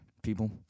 people